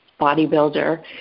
bodybuilder